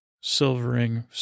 silvering